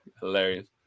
hilarious